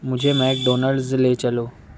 مجھے McDonald's لے چلو